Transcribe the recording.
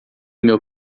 meu